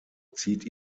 zieht